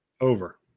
Over